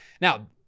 Now